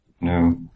No